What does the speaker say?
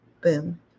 boom